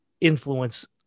influence